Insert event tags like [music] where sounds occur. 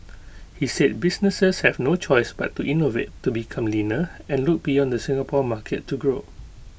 [noise] he said businesses have no choice but to innovate to become leaner and look beyond the Singapore market to grow